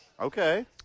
Okay